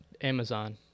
amazon